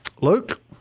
Luke